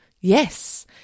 Yes